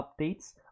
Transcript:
updates